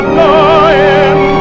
lying